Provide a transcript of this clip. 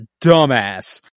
dumbass